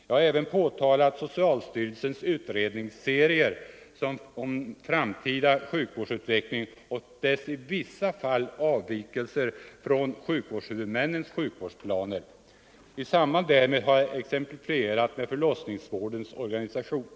Jag har även påtalat socialstyrelsens utredningsserier om framtida sjukvårdsutveckling och i vissa fall avvikelserna från sjukvårdshuvudmännens sjukvårdspla ner. I samband därmed har jag exemplifierat med förlossningsvårdens Nr 120 organisation.